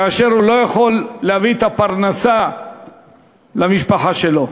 כאשר הוא לא יכול להביא פרנסה למשפחה שלו.